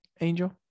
angel